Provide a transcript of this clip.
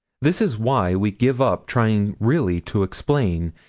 this is why we give up trying really to explain,